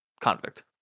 Convict